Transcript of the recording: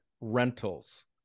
rentals